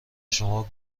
شما